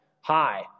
hi